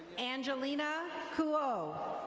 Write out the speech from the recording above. angelina cuo.